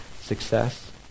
success